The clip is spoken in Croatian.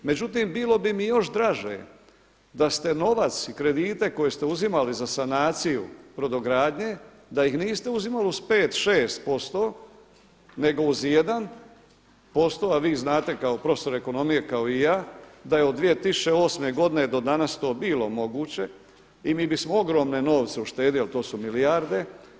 Međutim, bilo bi mi još draže da ste novac i kredite koje ste uzimali za sanaciju brodogradnje, da ih niste uzimali uz pet, šest posto, nego uz jedan posto, a vi znate kao profesor ekonomije kao i ja da je od 2008. godine do danas to bilo moguće i mi bismo ogromne novce uštedili, jer to su milijarde.